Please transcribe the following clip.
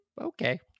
okay